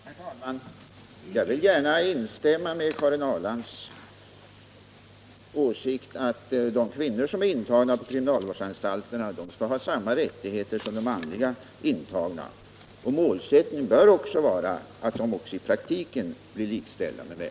Herr talman! Jag vill gärna instämma i Karin Ahrlands åsikt att de kvinnor som är intagna på kriminalvårdsanstalterna skall ha samma rättigheter som de manliga intagna. Målsättningen bör vara att de också i praktiken blir likställda med män.